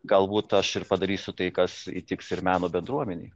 galbūt aš ir padarysiu tai kas įtiks ir meno bendruomenei